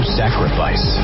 sacrifice